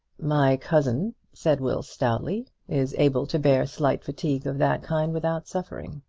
my cousin, said will stoutly, is able to bear slight fatigue of that kind without suffering.